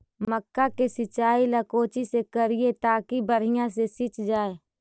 मक्का के सिंचाई ला कोची से करिए ताकी बढ़िया से सींच जाय?